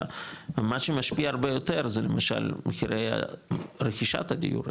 מה שמשפיע הרבה יותר זה למשל מחירי רכישת הדיור,